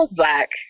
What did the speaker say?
black